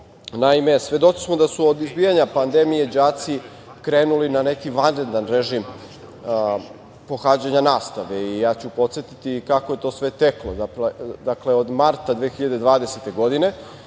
školu. Naime, svedoci smo da su od izbijanja pandemije đaci krenuli na neki vanredan režim pohađanje nastave. Ja ću podsetiti kako je to sve teklo. Dakle, od marta 2020. godine